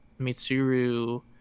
mitsuru